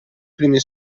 primi